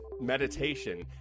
meditation